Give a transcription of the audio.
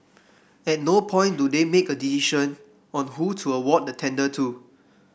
at no point do they make a decision on who to award the tender to